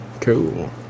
Cool